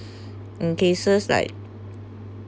um okay so is like